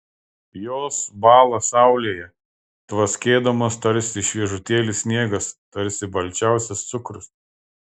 jos bąla saulėje tvaskėdamos tarsi šviežutėlis sniegas tarsi balčiausias cukrus